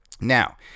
Now